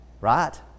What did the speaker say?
Right